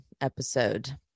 episode